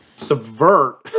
subvert